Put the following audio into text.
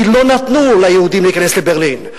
כי לא נתנו ליהודים להיכנס לברלין,